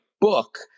book